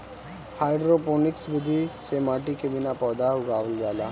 hydroponics विधि में माटी के बिना पौधा उगावल जाला